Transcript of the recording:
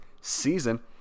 season